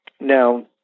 Now